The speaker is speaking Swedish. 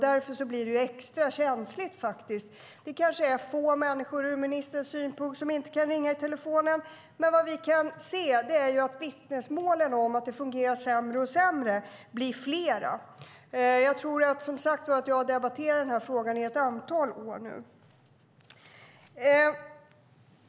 Därför blir det extra känsligt. Det kanske är få människor från ministerns synpunkt som inte kan ringa med telefonen, men vad vi kan se är att vittnesmålen om att det fungerar sämre och sämre blir fler. Jag tror, som sagt, att jag har debatterat den här frågan i ett antal år nu.